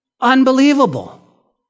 Unbelievable